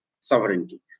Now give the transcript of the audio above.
sovereignty